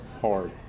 hard